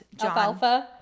John